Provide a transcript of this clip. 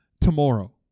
tomorrow